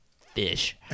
fish